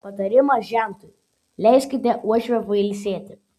patarimas žentui leiskite uošvę pailsėti